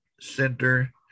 center